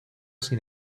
sin